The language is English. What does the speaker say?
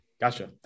Gotcha